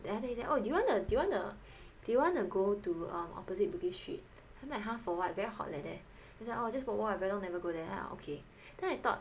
then after that he say oh do you wanna do you wanna do you wanna go to err opposite Bugis street then I'm like !huh! for what very hot leh there then was like orh just walk walk I very long never go there I'm like okay